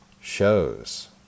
shows